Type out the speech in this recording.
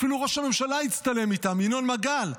אפילו ראש הממשלה הצטלם איתם, וינון מגל.